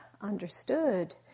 understood